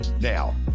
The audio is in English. Now